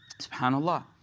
SubhanAllah